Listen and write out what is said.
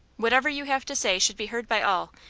whatever you have to say should be heard by all,